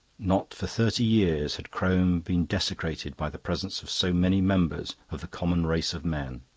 not for thirty years had crome been desecrated by the presence of so many members of the common race of men.